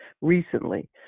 recently